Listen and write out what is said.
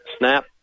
Snap